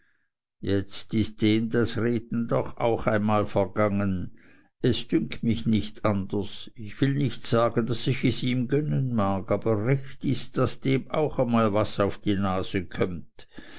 jetzt ist dem das reden doch einmal auch vergangen es dünkt mich nicht anders ich will nicht sagen daß ich es ihm gönnen mag aber recht ist daß dem auch mal was auf die nase kömmt